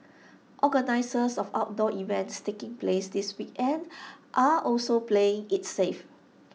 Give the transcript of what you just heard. organisers of outdoor events taking place this weekend are also playing IT safe